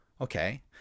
Okay